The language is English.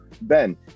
Ben